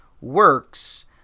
works